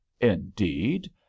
indeed